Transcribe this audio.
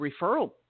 referral